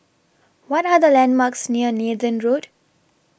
What Are The landmarks near Nathan Road